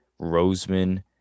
Roseman